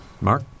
Mark